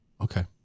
Okay